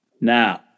Now